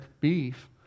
beef